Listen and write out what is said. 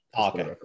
Okay